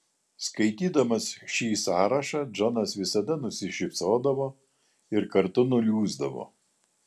skaitydamas šį sąrašą džonas visada nusišypsodavo ir kartu nuliūsdavo